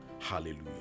hallelujah